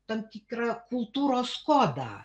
tam tikrą kultūros kodą